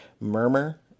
murmur